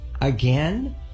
again